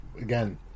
again